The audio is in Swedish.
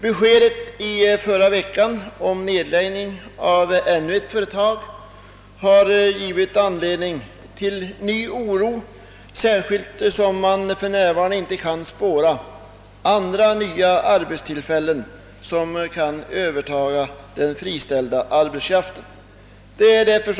Beskedet i förra veckan om nedläggning av ännu ett företag har givit anledning till ny oro, särskilt då man för närvarande inte kan spåra andra nya arbetstillfällen för den friställda arbetskraften.